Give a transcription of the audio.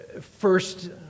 First